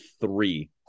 three